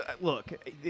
Look